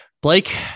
Blake